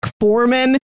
Foreman